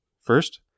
First